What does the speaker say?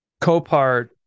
Copart